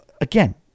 again